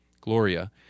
gloria